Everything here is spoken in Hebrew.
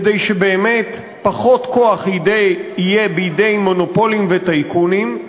כדי שבאמת פחות כוח יהיה בידי מונופולים וטייקונים,